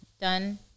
done